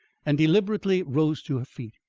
and deliberately rose to her feet.